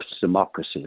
democracy